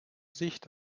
sicht